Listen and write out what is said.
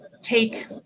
take